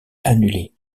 annulée